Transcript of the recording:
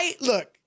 Look